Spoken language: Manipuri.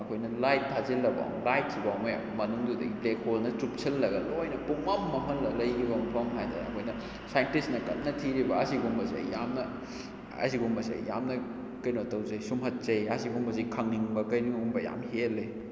ꯑꯩꯈꯣꯏꯅ ꯂꯥꯏꯠ ꯊꯥꯖꯤꯜꯂꯒ ꯂꯥꯏꯠꯁꯤꯐꯥꯎꯕ ꯍꯦꯛ ꯃꯅꯨꯡꯗꯨꯗ ꯕ꯭ꯂꯦꯛ ꯍꯣꯜꯅ ꯆꯨꯞꯁꯤꯜꯂꯒ ꯂꯣꯏꯅ ꯄꯨꯝꯃꯝ ꯃꯝꯍꯜꯂꯒ ꯂꯩꯈꯤꯕ ꯃꯐꯝ ꯍꯥꯏ ꯇꯥꯔꯦ ꯑꯩꯈꯣꯏꯅ ꯁꯥꯏꯟꯇꯤꯁꯅ ꯀꯟꯅ ꯊꯤꯔꯤꯕ ꯑꯁꯤꯒꯨꯝꯕꯁꯦ ꯌꯥꯝꯅ ꯑꯁꯤꯒꯨꯝꯕꯁꯦ ꯌꯥꯝꯅ ꯀꯩꯅꯣ ꯇꯧꯖꯩ ꯁꯨꯝꯍꯠꯆꯩ ꯑꯁꯤꯒꯨꯝꯕꯁꯦ ꯈꯪꯅꯤꯡꯕ ꯀꯩꯅꯣꯝꯃ ꯌꯥꯝ ꯍꯦꯜꯂꯦ